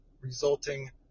resulting